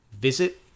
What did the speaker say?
Visit